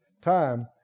Time